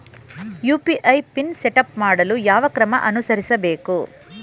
UPI PIN setup ಮಾಡಲು ಯಾವ ಕ್ರಮ ಅನುಸರಿಸಬೇಕು?